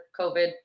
COVID